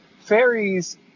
fairies